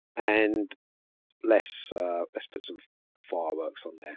and less less put some fireworks on